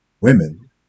Women